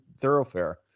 thoroughfare